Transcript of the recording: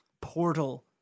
portal